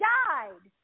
died